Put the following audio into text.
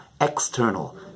external